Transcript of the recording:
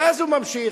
ואז הוא ממשיך